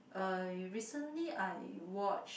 uh recently I watch